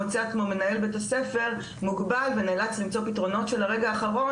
מוצא עצמו מנהל בית הספר מוגבל ונאלץ למצוא פתרונות של הרגע האחרון,